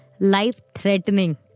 Life-threatening